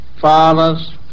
fathers